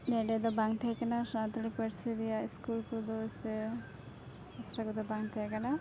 ᱱᱮᱰᱮ ᱫᱚ ᱵᱟᱝ ᱛᱮᱦᱮᱸ ᱠᱟᱱᱟ ᱥᱟᱱᱛᱟᱲᱤ ᱯᱟᱹᱨᱥᱤ ᱨᱮᱭᱟᱜ ᱥᱠᱩᱞ ᱠᱩ ᱫᱚ ᱥᱮ ᱟᱥᱲᱟ ᱠᱚ ᱫᱚ ᱵᱟᱝ ᱛᱮᱦᱮᱸ ᱠᱟᱱᱟ